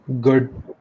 good